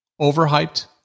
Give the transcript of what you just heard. overhyped